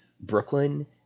Brooklyn